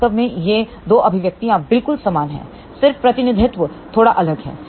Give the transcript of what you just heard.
वास्तव में ये 2 अभिन्व्यक्तियां बिल्कुल समान हैं सिर्फ प्रतिनिधित्व थोड़ा अलग है